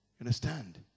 understand